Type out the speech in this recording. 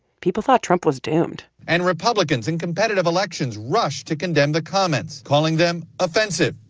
people thought trump was doomed and republicans in competitive elections rushed to condemn the comments, calling them offensive,